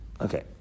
okay